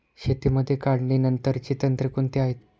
शेतीमध्ये काढणीनंतरची तंत्रे कोणती आहेत?